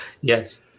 yes